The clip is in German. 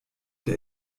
der